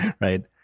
Right